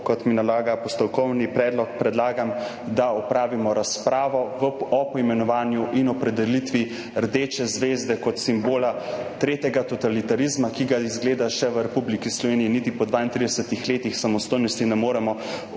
kot mi nalaga postopkovni predlog, predlagam, da opravimo razpravo o poimenovanju in opredelitvi rdeče zvezde kot simbola tretjega totalitarizma, ki ga, izgleda, v Republiki Sloveniji niti po 32 letih samostojnosti še ne moremo obsoditi